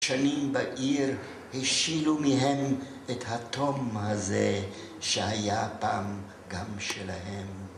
שנים בעיר השילו מהם את התום הזה שהיה פעם גם שלהם.